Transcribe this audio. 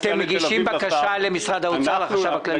אתם מגישים בקשה למשרד האוצר, לחשב הכללי?